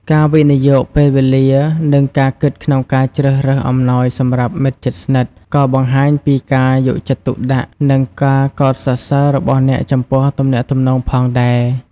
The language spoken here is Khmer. ការវិនិយោគពេលវេលា និងការគិតក្នុងការជ្រើសរើសអំណោយសម្រាប់មិត្តជិតស្និទ្ធ ក៏បង្ហាញពីការយកចិត្តទុកដាក់ និងការកោតសរសើររបស់អ្នកចំពោះទំនាក់ទំនងផងដែរ។